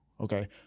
Okay